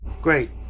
Great